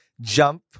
jump